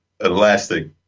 elastic